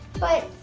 but,